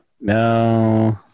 No